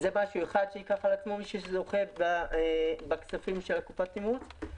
זה משהו אחד שייקח עליו מי שזוכה בכספים של קופת התמרוץ.